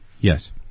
Yes